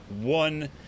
One